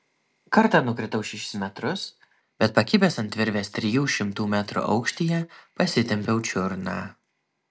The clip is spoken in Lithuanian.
kartą nukritau šešis metrus bet pakibęs ant virvės trijų šimtų metrų aukštyje pasitempiau čiurną